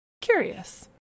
Curious